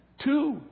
Two